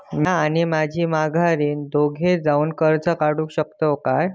म्या आणि माझी माघारीन दोघे जावून कर्ज काढू शकताव काय?